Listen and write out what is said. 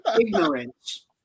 ignorance